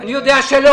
אני יודע שלא.